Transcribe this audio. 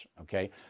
okay